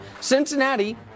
Cincinnati